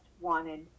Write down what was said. wanted